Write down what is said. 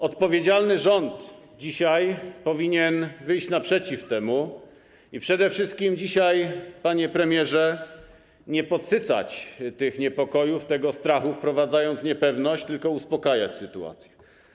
Odpowiedzialny rząd dzisiaj powinien wyjść naprzeciw temu i dzisiaj przede wszystkim, panie premierze, nie podsycać tych niepokojów, tego strachu, wprowadzając niepewność, uspokajać sytuację.